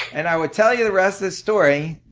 and i would tell you the rest of the story,